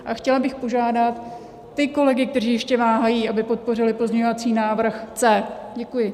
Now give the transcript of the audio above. A chtěla bych požádat ty kolegy, kteří ještě váhají, aby podpořili pozměňovací návrh C. Děkuji.